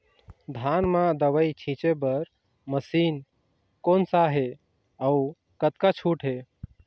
धान म दवई छींचे बर मशीन कोन सा हे अउ कतका छूट हे?